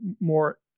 more